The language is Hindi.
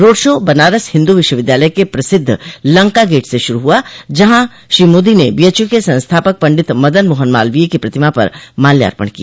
रोड शो बनारस हिन्दू विश्वविद्यालय के प्रसिद्ध लंका गेट से शुरू हुआ जहां श्री मोदी ने बीएचयू के संस्थापक पंडित मदन मोहन मालवीय को प्रतिमा पर माल्यार्पण किया